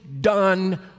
done